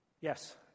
Yes